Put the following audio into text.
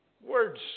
Words